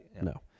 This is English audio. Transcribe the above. no